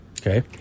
Okay